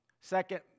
Second